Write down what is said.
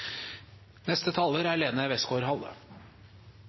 Neste taler er Lene